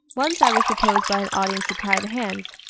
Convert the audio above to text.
once i was proposed by an audience to tie the hands.